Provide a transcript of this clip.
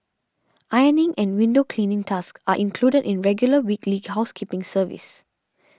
ironing and window cleaning tasks are included in regular weekly housekeeping service